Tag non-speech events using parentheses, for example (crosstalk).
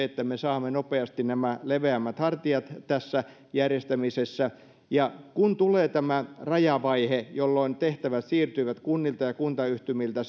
(unintelligible) että me saamme nopeasti nämä leveämmät hartiat tässä järjestämisessä ja kun tulee tämä rajavaihe jolloin tehtävät siirtyvät kunnilta ja kuntayhtymiltä (unintelligible)